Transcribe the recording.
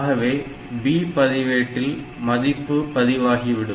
ஆகவே B பதிவேட்டில் மதிப்பு பதிவாகிவிடும்